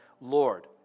Lord